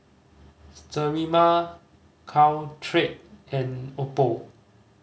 Sterimar Caltrate and Oppo